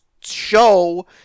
show